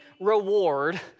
reward